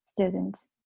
students